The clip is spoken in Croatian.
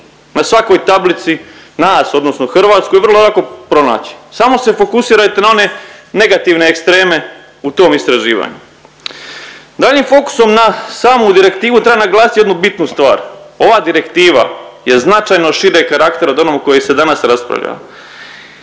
na svakoj tablici, nas odnosno Hrvatsku je vrlo lako pronaći. Samo se fokusirajte na one negativne ekstreme u tom istraživanju. Daljnjim fokusom na samu direktivu treba naglasiti jednu bitnu stvar. Ova direktiva je značajno šireg karaktera od onoga o kojem se danas raspravlja